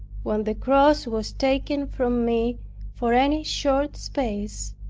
when the cross was taken from me for any short space,